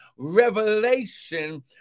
revelation